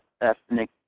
ethnic